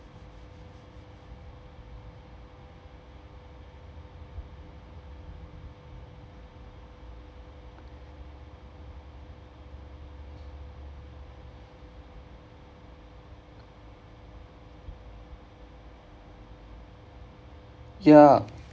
ya